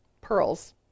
Pearls